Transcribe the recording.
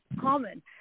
Common